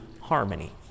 harmony